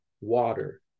water